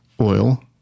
oil